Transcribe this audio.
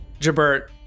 Jabert